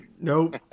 Nope